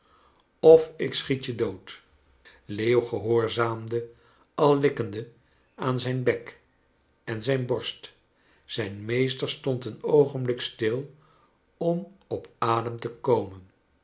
of ik schiet je dood leeuw gehoorzaamde al likkende aan zijn bek en zijn borst zijn meester stond een oogenblik stil om op adem te komen